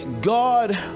god